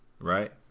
Right